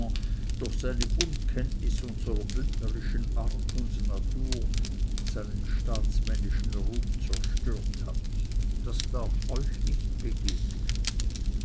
durch seine unkenntnis unserer bündnerischen art und natur seinen staatsmännischen ruhm zerstört hat das darf euch nicht begegnen